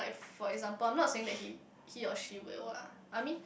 for example I'm not saying that he he or she will lah I mean